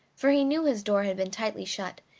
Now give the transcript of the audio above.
for he knew his door had been tightly shut,